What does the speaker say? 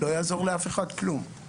לא יעזור לאף אחד כלום.